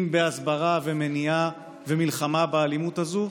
אם בהסברה ומניעה ומלחמה באלימות הזו,